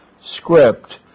script